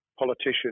politician